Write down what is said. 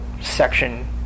section